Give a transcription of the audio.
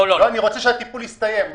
לא, אני רוצה שהטיפול יסתיים.